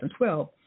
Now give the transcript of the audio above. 2012